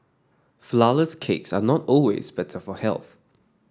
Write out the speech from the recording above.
flourless cakes are not always better for health